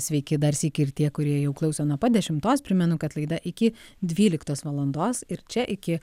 sveiki dar sykį ir tie kurie jų klauso nuo pat dešimtos primenu kad laida iki dvyliktos valandos ir čia iki